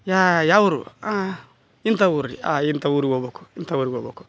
ಯಾ ಯಾವ ಊರು ಇಂಥ ಊರು ರೀ ಇಂಥ ಊರ್ಗೆ ಹೋಗ್ಬಕು ಇಂಥ ಊರ್ಗೆ ಹೋಗ್ಬಕು